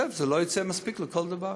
זה יוצא לא מספיק לכל דבר.